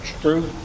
True